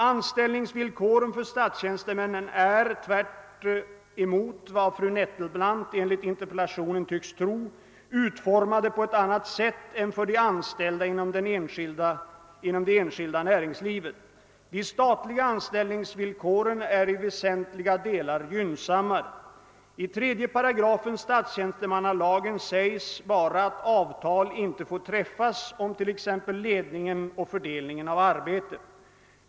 Anställningsvillkoren för statstjänstemän är, tvärtemot vad fru Nettelbrandt enligt interpellationen tycks tro, utformade på ett annat sätt än för de anställda inom det enskilda näringslivet. De statliga anställningsvillkoren är i väsentliga delar gynnsammare. I 3 § stalstjänstemannalagen sägs bara att avtal inte får träffas om t.ex. ledningen och fördelningen av arbetet.